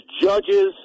judges